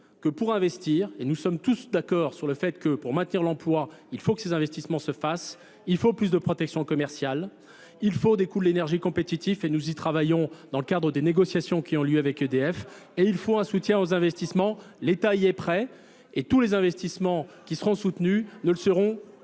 que pour investir, et nous sommes tous d'accord sur le fait que pour maintenir l'emploi, il faut que ces investissements se fassent, il faut plus de protection commerciale. Il faut des coûts de l'énergie compétitif et nous y travaillons dans le cadre des négociations qui ont lieu avec EDF. Et il faut un soutien aux investissements. L'État y est prêt et tous les investissements qui seront soutenus ne le seront qu'à